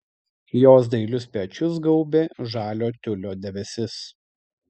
jos dailius pečius gaubė žalio tiulio debesis